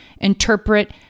interpret